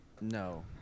No